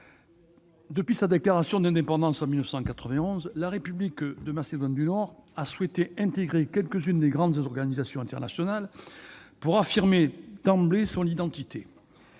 depuis sa déclaration d'indépendance en 1991, la République de Macédoine du Nord a souhaité intégrer quelques-unes des grandes organisations internationales pour affirmer d'emblée son identité.